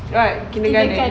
kat kindergarten